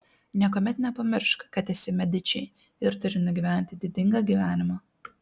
niekuomet nepamiršk kad esi mediči ir turi nugyventi didingą gyvenimą